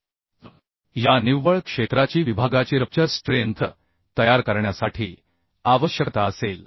तर या निव्वळ क्षेत्राची विभागाची रप्चर स्ट्रेंथ तयार करण्यासाठी आवश्यकता असेल